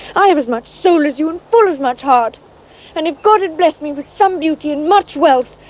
i have as much soul as you and full as much heart and if god had blessed me with some beauty and much wealth,